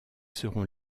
seront